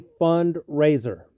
fundraiser